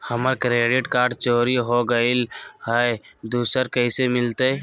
हमर credit card चोरी हो गेलय हई, दुसर कैसे मिलतई?